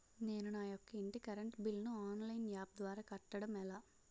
నేను నా యెక్క ఇంటి కరెంట్ బిల్ ను ఆన్లైన్ యాప్ ద్వారా కట్టడం ఎలా?